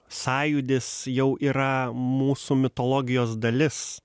sąjūdis jau yra mūsų mitologijos dalis